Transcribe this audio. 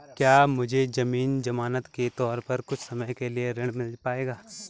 क्या मुझे ज़मीन ज़मानत के तौर पर कुछ समय के लिए ऋण मिल पाएगा?